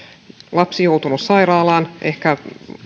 lapsi joutunut sairaalaan ehkä